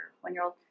one-year-old